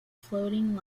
floating